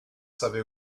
savez